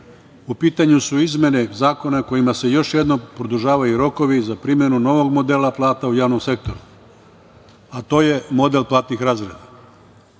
u pitanju su izmene zakona kojima se još jednom produžavaju rokovi za primenu novog modela plata u javnom sektoru, a to je model platnih